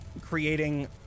creating